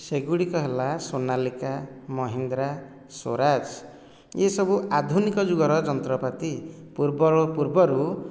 ସେଗୁଡ଼ିକ ହେଲା ସୋନାଲିକା ମହିନ୍ଦ୍ରା ସ୍ଵରାଜ୍ ଏସବୁ ଆଧୁନିକ ଯୁଗର ଯନ୍ତ୍ରପାତି ପୂର୍ବର ପୂର୍ବରୁ